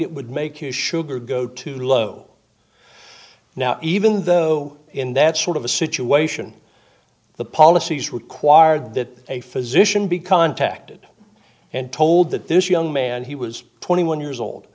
it would make you sugar go too low now even though in that sort of a situation the policies required that a physician be contacted and told that this young man he was twenty one years old